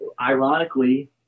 ironically